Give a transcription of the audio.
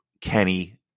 Kenny